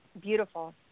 Beautiful